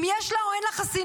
אם יש לה או אין לה חסינות.